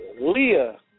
Leah